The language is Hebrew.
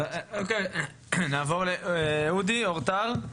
נעבור לאודי אורטל,